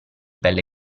pelle